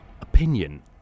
opinion